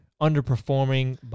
underperforming